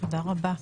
תודה רבה.